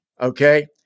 okay